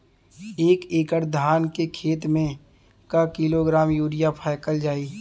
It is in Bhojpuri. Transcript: एक एकड़ धान के खेत में क किलोग्राम यूरिया फैकल जाई?